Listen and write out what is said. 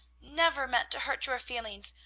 never meant to hurt your feelings!